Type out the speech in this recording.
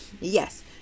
Yes